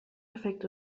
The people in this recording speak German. perfekt